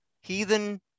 heathen